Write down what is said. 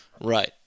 right